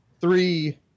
three